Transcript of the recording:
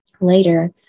Later